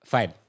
Fine